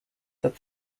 that